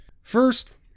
First